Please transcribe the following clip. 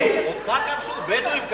את הבדואים כבשו?